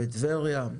בטבריה.